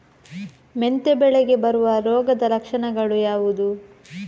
ಮೆಂತೆ ಬೆಳೆಗೆ ಬರುವ ರೋಗದ ಲಕ್ಷಣಗಳು ಯಾವುದು?